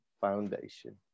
Foundation